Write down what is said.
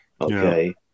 Okay